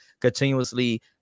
continuously